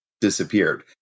disappeared